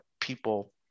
people